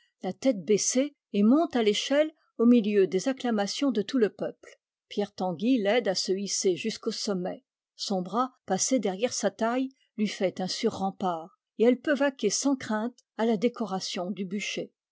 la tête baissée et monte à l'échelle au milieu des acclamations de tout le peuple pierre tanguy l'aide à se hisser jusqu'au sommet son bras passé derrière sa taille lui fait un sûr rempart et elle peut vaquer sans crainte à la décoration du bûcher